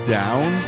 down